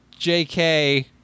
JK